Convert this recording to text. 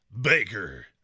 Baker